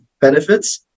benefits